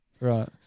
Right